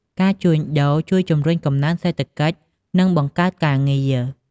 ការជួញដូរជួយជំរុញ កំណើនសេដ្ឋកិច្ច និងបង្កើតការងារ។